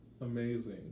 Amazing